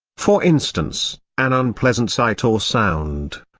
for instance, an unpleasant sight or sound,